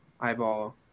eyeball